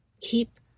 Keep